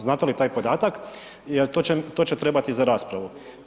Znate li taj podatak jer to će trebati za raspravu.